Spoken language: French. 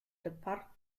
départ